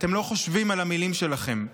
אתם לא חושבים על המילים שלכם.